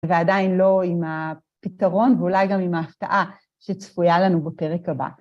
ועדיין לא עם הפתרון ואולי גם עם ההפתעה שצפויה לנו בפרק הבא.